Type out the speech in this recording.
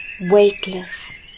weightless